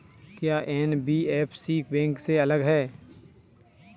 क्या NBFC bank से अलग है?